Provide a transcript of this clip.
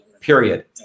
period